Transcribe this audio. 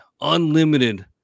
unlimited